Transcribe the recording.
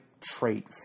trait